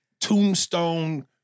tombstone